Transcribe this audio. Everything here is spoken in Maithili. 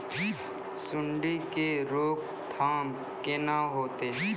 सुंडी के रोकथाम केना होतै?